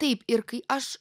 taip ir kai aš